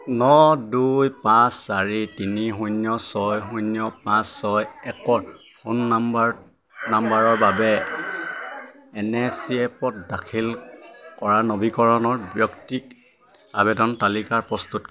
ন দুই পাঁচ চাৰি তিনি শূন্য ছয় শূন্য পাঁচ ছয় একত ফোন নাম্বাৰ নাম্বাৰৰ বাবে এন এছ পি ত দাখিল কৰা নবীকৰণ বৃত্তিৰ আবেদন তালিকা প্ৰস্তুত